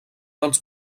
dels